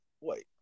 Wait